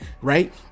right